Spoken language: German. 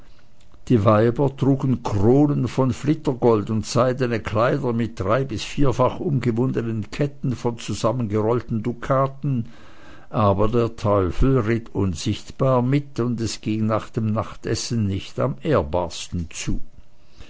die weiber trugen kronen von flitter gold und seidene kleider mit drei bis vierfach umgewundenen ketten von zusammengerollten dukaten aber der teufel ritt unsichtbar mit und es ging nach dem nachtessen nicht am ehrbarsten zu